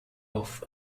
off